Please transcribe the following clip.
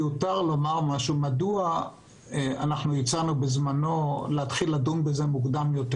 מדוע הצענו בזמנו להתחיל לדון בזה מוקדם יותר?